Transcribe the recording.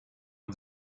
man